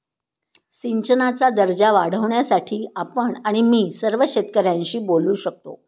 सिंचनाचा दर्जा वाढवण्यासाठी आपण आणि मी सर्व शेतकऱ्यांशी बोलू शकतो